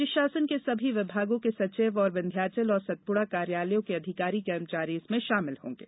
राज्य शासन के सभी विभागों के सचिव और विंध्याचल और सतपुड़ा कार्यालयों के अधिकारी कर्मचारी शामिल होंगे